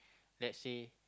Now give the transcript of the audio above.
let's say